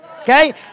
okay